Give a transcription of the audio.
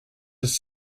has